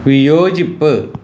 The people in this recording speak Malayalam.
വിയോജിപ്പ്